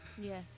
Yes